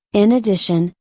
in addition,